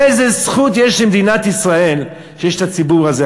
איזו זכות יש למדינת ישראל שיש את הציבור הזה.